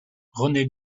rené